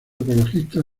ecologistas